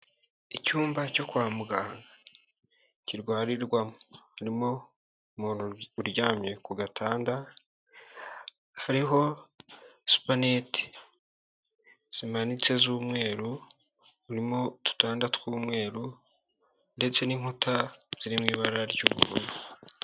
Icyumba cyo kwa muganga kirwarirwamo, harimo umuntu uryamye ku gatanda, hariho supanete zimanitse z'umweru, urimo udutanda tw'umweru ndetse n'inkuta ziri mu ibara ry'ubururu.